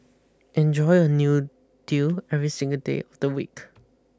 enjoy a new deal every single day of the week